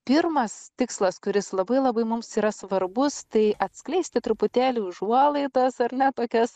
pirmas tikslas kuris labai labai mums yra svarbus tai atskleisti truputėlį užuolaidas ar ne tokias